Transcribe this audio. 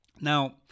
Now